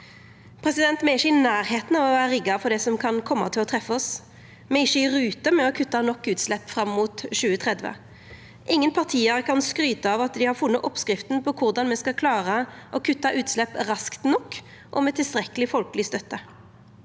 familie. Me er ikkje i nærleiken av å vera rigga for det som kan koma til å treffa oss. Me er ikkje i rute med å kutta nok utslepp fram mot 2030. Ingen parti kan skryta av at dei har funne oppskrifta på korleis me skal klara å kutta utslepp raskt nok, og med tilstrekkeleg folkeleg støtte.